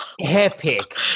epic